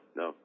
no